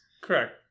Correct